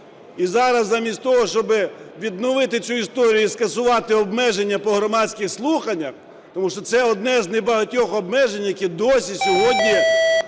І зараз замість того, щоб відновити цю історію і скасувати обмеження по громадських слуханнях, тому що це одне з небагатьох обмежень, яке досі сьогодні